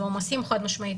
זה עומסים חד משמעית.